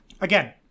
again